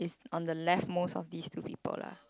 on the left most of these two people lah